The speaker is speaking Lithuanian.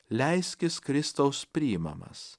leiskis kristaus priimamas